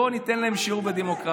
בואו ניתן להם שיעור בדמוקרטיה.